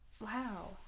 Wow